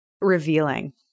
revealing